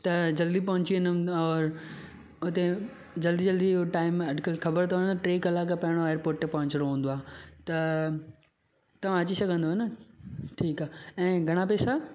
त जल्दी पहुची वेंदमि और हुते जल्दी जल्दी टाइम अॼुकल्ह ख़बरु अथव न ट्रे कलाकु पहिरियों एयरर्पोट पहुचणो हूंदो आहे त तव्हां अची सघंदव न ठीकु आहे ऐं घणा पैसा